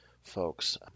folks